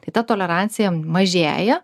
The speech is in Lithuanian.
tai ta tolerancija mažėja